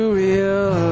real